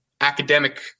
academic